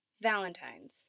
Valentine's